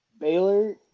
Baylor